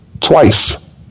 twice